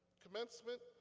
commencement,